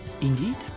Indeed